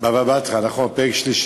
בבא בתרא, נכון, פרק שלישי.